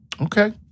Okay